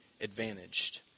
advantaged